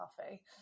coffee